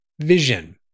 vision